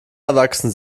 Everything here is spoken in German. erwachsen